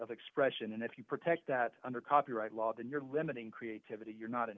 of expression and if you protect that under copyright law then you're limiting creativity you're not